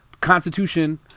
Constitution